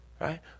right